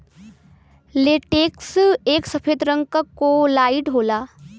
latex एक सफेद रंग क कोलाइड होला